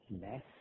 less